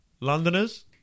Londoners